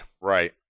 Right